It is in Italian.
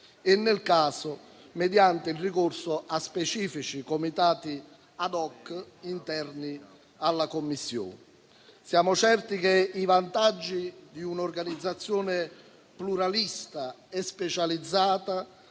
e, nel caso, mediante il ricorso a specifici comitati *ad hoc* interni alla Commissione. Siamo certi che i vantaggi di un'organizzazione pluralista e specializzata